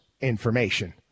information